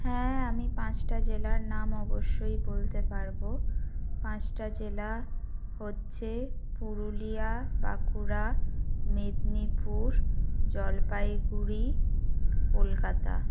হ্যাঁ আমি পাঁচটা জেলার নাম অবশ্যই বলতে পারব পাঁচটা জেলা হচ্ছে পুরুলিয়া বাঁকুড়া মেদিনীপুর জলপাইগুড়ি কলকাতা